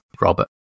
Robert